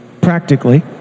practically